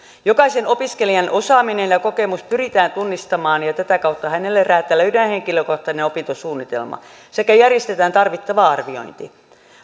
jokaisen opiskelijan osaaminen ja ja kokemus pyritään tunnistamaan ja tätä kautta hänelle räätälöidään henkilökohtainen opintosuunnitelma sekä järjestetään tarvittava arviointi